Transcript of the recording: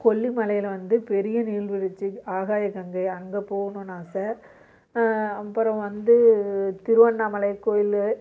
கொல்லிமலையில் வந்து பெரிய நீர்வீழ்ச்சி ஆகாயகங்கை அங்கே போகணும் ஆசை அப்பறம் வந்து திருவண்ணாமலை கோயில்